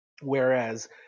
Whereas